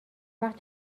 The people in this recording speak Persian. وقت